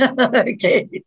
Okay